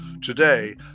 Today